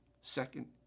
second